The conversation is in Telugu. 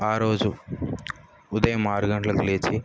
ఆరోజు ఉదయం ఆరు గంటలకు లేచి